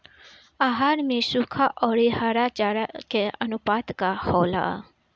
आहार में सुखा औरी हरा चारा के आनुपात का होला?